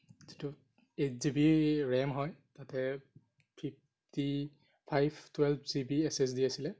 যিটো eight G B RAM হয় তাতে fifty five twelve G B S S D আছিলে